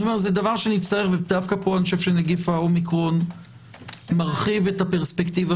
דווקא פה נגיף האומיקורן מרחיב את הפרספקטיבה